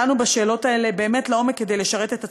ודנו בשאלות האלה באמת לעומק כדי לשרת את הצרכנים,